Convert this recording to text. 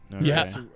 Yes